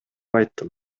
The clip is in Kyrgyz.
айттым